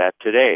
today